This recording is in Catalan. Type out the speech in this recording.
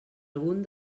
algun